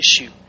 issue